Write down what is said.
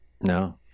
No